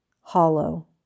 hollow